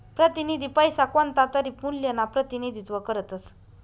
प्रतिनिधी पैसा कोणतातरी मूल्यना प्रतिनिधित्व करतस